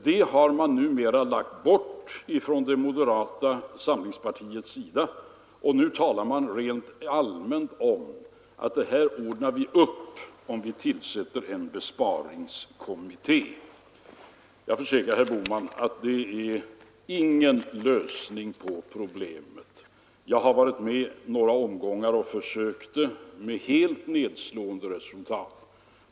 Det har moderata samlingspartiet nu lagt bort. I dag talar man bara helt allmänt om att detta ordnar vi upp om vi tillsätter en besparingskommitté. Men jag försäkrar herr Bohman att det är ingen lösning på problemet. Jag har varit med och försökt det i några omgångar, men med helt nedslående resultat.